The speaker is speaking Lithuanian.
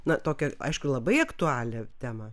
na tokią aišku labai aktualią temą